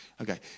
Okay